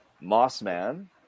Mossman